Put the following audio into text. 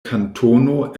kantono